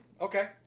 Okay